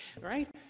Right